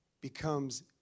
becomes